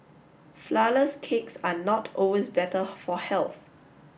Flourless cakes are not always better for health